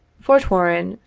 fort warren,